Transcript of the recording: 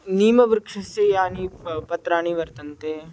नीमवृक्षस्य यानि प पत्राणि वर्तन्ते